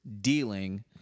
dealing